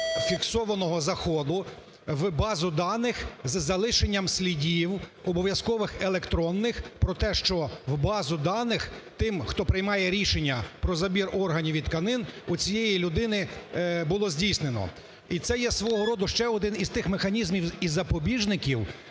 фіксованого заходу в базу даних з залишенням слідів обов'язкових електронних про те, що в базу даних тим, хто приймає рішення про забір органів і тканин у цієї людини, було здійснено. І це є свого роду ще один із тих механізмів і запобіжників,